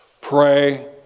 Pray